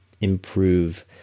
improve